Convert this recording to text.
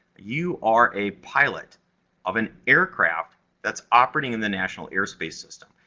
you are a pilot of an aircraft that's operating in the national airspace system.